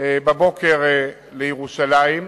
בבוקר לירושלים.